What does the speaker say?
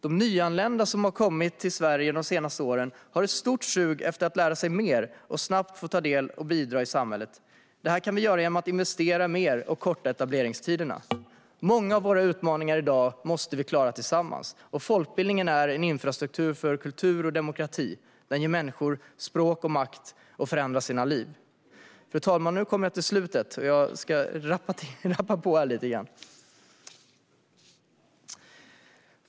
De nyanlända som har kommit till Sverige de senaste åren har ett stort sug efter att lära sig mer och snabbt få ta del av och bidra till samhället. Det kan vi åstadkomma genom att investera mer och korta etableringstiderna. Många av våra utmaningar i dag måste vi klara tillsammans. Folkbildningen är en infrastruktur för kultur och demokrati. Den ger människor språk och makt att förändra sina liv. Fru talman! Jag börjar närma mig slutet. Jag ska rappa på lite grann.